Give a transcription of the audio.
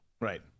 Right